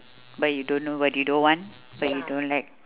but you don't know what you don't want but you don't like